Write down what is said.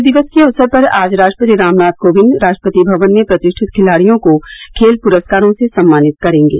खेल दिवस के अवसर पर आज राष्ट्रपति रामनाथ कोविंद राष्ट्रपति भवन में प्रतिष्ठित खिलाडियों को खेल प्रस्कारों से सम्मानित करेंगे